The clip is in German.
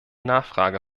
nachfrage